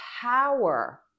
power